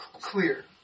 clear